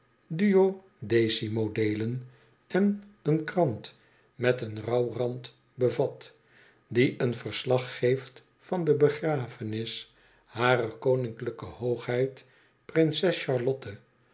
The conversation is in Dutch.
el en en een krant met een rouw rand bevat die een verslag geeft van de begrafenis harer koninklijke hoogheid prinses